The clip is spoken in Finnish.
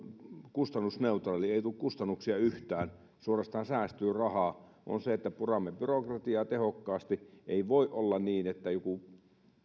kustannusneutraali ei tule kustannuksia yhtään suorastaan säästyy rahaa on se että puramme byrokratiaa tehokkaasti ei voi olla niin että